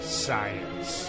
science